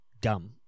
dumb